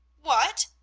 what?